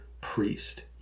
priest